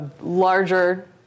larger